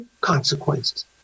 consequences